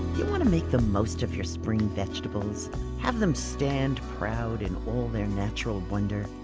you want to make the most of your spring vegetables have them stand proud in all their natural wonder?